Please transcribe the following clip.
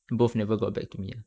both never got back to me ah